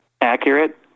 accurate